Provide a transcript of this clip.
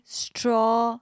straw